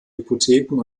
hypotheken